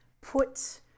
put